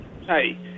Hey